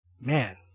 Man